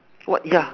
what ya